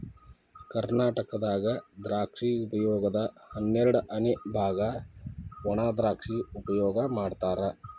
ಕರ್ನಾಟಕದಾಗ ದ್ರಾಕ್ಷಿ ಉಪಯೋಗದ ಹನ್ನೆರಡಅನೆ ಬಾಗ ವಣಾದ್ರಾಕ್ಷಿ ಉಪಯೋಗ ಮಾಡತಾರ